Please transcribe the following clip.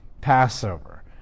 Passover